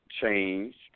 Changed